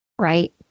right